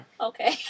Okay